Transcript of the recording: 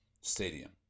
stadium